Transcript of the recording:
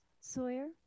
Sawyer